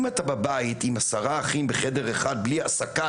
אם אתה בבית עם עשרה אחים בחדר אחד בלי הסקה,